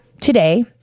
today